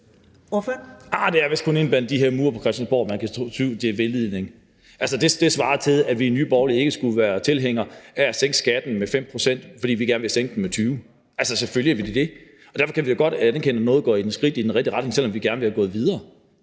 (NB): Det er vist kun inde bag de her mure på Christiansborg, man kan synes, det er vildledning. Altså, det svarer til, at vi i Nye Borgerlige ikke skulle være tilhængere af at sænke skatten med 5 pct., fordi vi gerne vil sænke den med 20 pct. Altså, selvfølgelig er vi da det. Og derfor kan vi da godt anerkende, at noget går et skridt i den rigtige retning, selv om vi gerne ville være gået videre.